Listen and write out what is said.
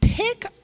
Pick